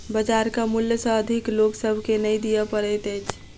बजारक मूल्य सॅ अधिक लोक सभ के नै दिअ पड़ैत अछि